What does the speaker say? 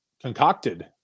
concocted